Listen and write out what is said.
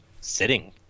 sitting